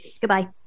Goodbye